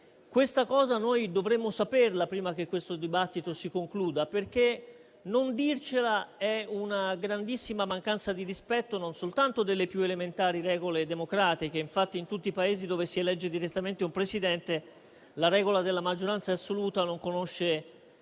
Questa cosa noi dovremmo saperla prima che questo dibattito si concluda, perché non dircela è una grandissima mancanza di rispetto non soltanto delle più elementari regole democratiche (ricordo infatti che in tutti i Paesi dove si elegge direttamente un Presidente, la regola della maggioranza assoluta non conosce